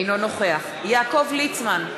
אינו נוכח יעקב ליצמן,